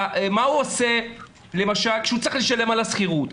מה הוא עושה כשהוא צריך לשלם על השכירות?